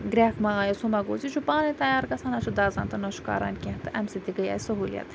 گریٚکھ مہَ آیَس ہہُ مہَ گوس یہِ چھُ پانے تَیار گَژھان نہَ چھُ دَزان تہٕ نہَ چھُ کَران کینٛہہ تہٕ امہِ سۭتۍ تہِ گٔے اَسہِ سہوٗلیت